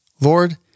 Lord